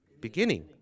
beginning